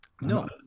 no